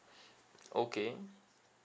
okay